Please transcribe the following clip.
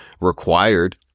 required